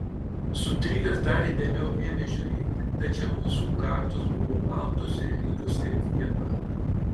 sutrikęs dar įdėmiau ėmė žiūrėti tačiau visų kaktos buvo baltos ir lygios kaip viena